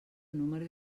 número